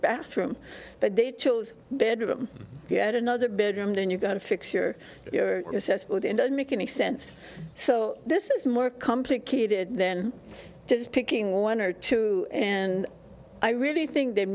bathroom but they chose bedroom yet another bedroom down you've got to fix your assessment and don't make any sense so this is more complicated than just picking one or two and i really think th